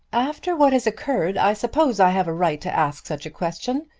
after what has occurred i suppose i have a right to ask such a question.